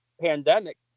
pandemic